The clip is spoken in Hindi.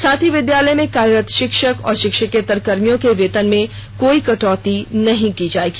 साथ ही विद्यालय में कार्यरत षिक्षक और षिक्षकेत्तर कर्मियों के वेतन में कोई कटौती नहीं की जाएगी